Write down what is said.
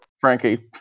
Frankie